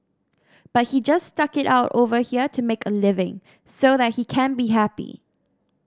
but he just stuck it out over here to make a living so that he can be happy